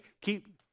keep